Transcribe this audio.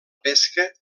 pesca